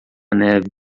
neve